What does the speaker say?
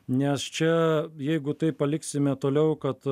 nes čia jeigu taip paliksime toliau kad